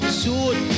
suit